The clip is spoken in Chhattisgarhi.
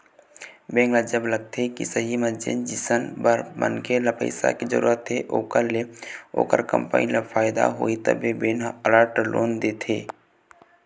बेंक ल जब लगथे के सही म जेन जिनिस बर मनखे ल पइसा के जरुरत हे ओखर ले ओखर कंपनी ल फायदा होही तभे बेंक ह टर्म लोन देथे